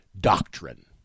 doctrine